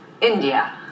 India